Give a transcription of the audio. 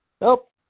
Nope